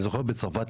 אני זוכר בצרפת,